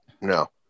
no